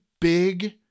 big